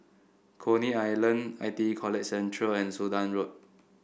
Coney Island I T E College Central and Sudan Road